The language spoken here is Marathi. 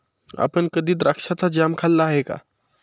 आपण कधी द्राक्षाचा जॅम खाल्ला आहे का?